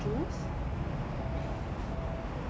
aside of orange what